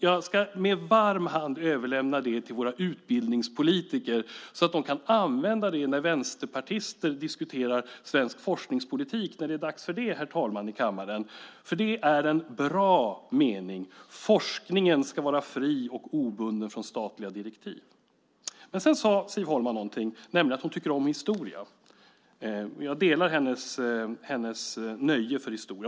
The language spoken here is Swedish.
Jag ska med varm hand överlämna det till våra utbildningspolitiker så att de kan använda det när vänsterpartister diskuterar svensk forskningspolitik, när det är dags för det i kammaren, herr talman, för det är en bra mening. "Forskningen ska vara fri och obunden från statliga direktiv." Men sedan sade Siv Holma någonting, nämligen att hon tycker om historia. Jag delar hennes nöje när det gäller historia.